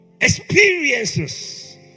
Experiences